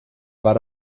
war